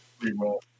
re-roll